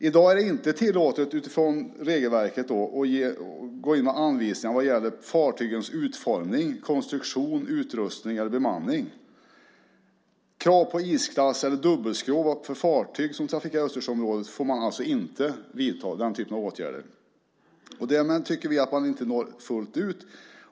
I dag är det utifrån regelverket inte tillåtet att ge anvisningar vad gäller fartygens utformning, konstruktion, utrustning eller bemanning. Krav på isklass eller dubbelskrov för fartyg som trafikerar Östersjöområdet får man alltså inte införa. Därmed tycker vi att man inte når fullt ut.